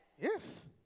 Yes